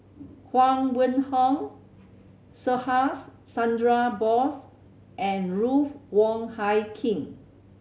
Huang Wenhong Subhas Chandra Bose and Ruth Wong Hie King